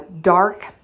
dark